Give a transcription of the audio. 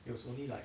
it was only like